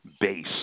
base